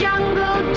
Jungle